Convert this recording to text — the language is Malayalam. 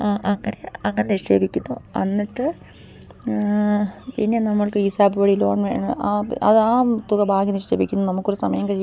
അങ്ങനെ അങ്ങനെ നിക്ഷേപിക്കുന്നു എന്നിട്ട് പിന്നെ നമുക്ക് ഈസാപ്പ് വഴി ലോൺ ആ തുക ബാങ്കില് നിക്ഷേപിക്കുന്നു നമുക്കൊരു സമയം കഴിയുമ്പോള്